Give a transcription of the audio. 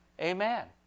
Amen